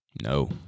No